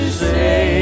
say